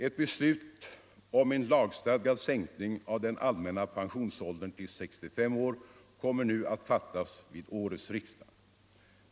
Ett beslut om en lagstadgad sänkning av den allmänna pensionsåldern till 65 år kommer nu att fattas vid årets riksdag.